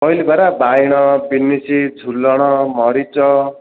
କହିଲି ପରା ବାଇଗଣ ବିନ୍ସ୍ ଝୁଲଣ ମରିଚ